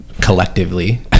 collectively